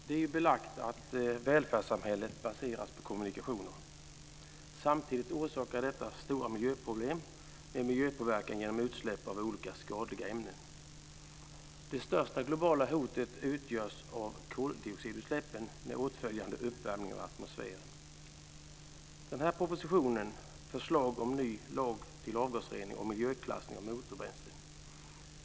Fru talman! Det är belagt att välfärdssamhället baseras på kommunikationer. Samtidigt orsakar detta stora miljöproblem med miljöpåverkan genom utsläpp av olika skadliga ämnen. Det största globala hotet utgörs av koldioxidutsläppen med åtföljande uppvärmning av atmosfären. I den här propositionen föreslås en ny lag om avgasrening och miljöklassning av motorbränslen.